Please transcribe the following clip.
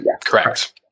Correct